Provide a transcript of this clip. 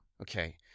okay